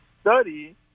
study